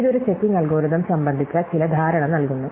ഇത് ഒരു checking algorithm സംബന്ധിച്ച ചില ധാരണ നൽകുന്നു